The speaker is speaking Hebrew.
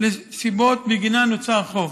לסיבות שבגינן נוצר החוב: